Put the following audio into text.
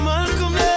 Malcolm